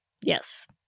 Yes